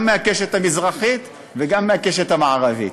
גם מ"הקשת המזרחית" וגם מהקשת המערבית,